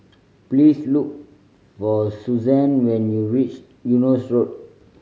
please look for Suzann when you reach Eunos Road